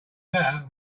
letter